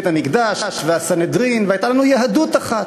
בית-המקדש והסנהדרין, והייתה לנו יהדות אחת.